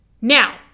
Now